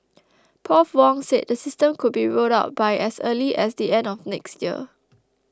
Prof Wong said the system could be rolled out by as early as the end of next year